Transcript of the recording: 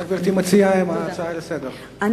מה גברתי מציעה לגבי ההצעה לסדר-היום?